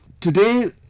Today